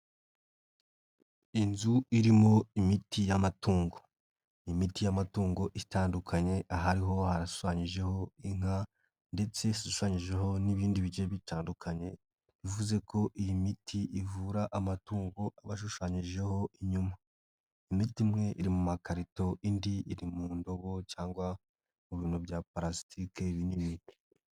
Inzu irimo imiti y'amatungo, imiti y'amatungo itandukanye ahariho harashushanyijeho inka ndetse ishushanyijeho n'ibindi bice bitandukanye ivuze ko iyi miti ivura amatungo abashushanyijeho inyuma, imiti imwe iri mu makarito indi iri mu ndobo cyangwa mu bintu bya palasitiki ibinini.